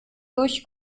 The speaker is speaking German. durch